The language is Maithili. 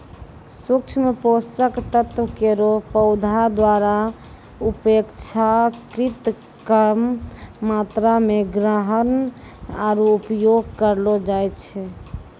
सूक्ष्म पोषक तत्व केरो पौधा द्वारा अपेक्षाकृत कम मात्रा म ग्रहण आरु उपयोग करलो जाय छै